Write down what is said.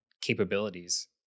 capabilities